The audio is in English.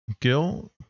Gil